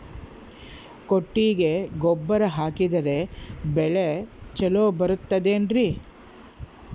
ಕೊಟ್ಟಿಗೆ ಗೊಬ್ಬರ ಹಾಕಿದರೆ ಬೆಳೆ ಚೊಲೊ ಬರುತ್ತದೆ ಏನ್ರಿ?